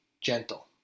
gentle